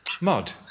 Mud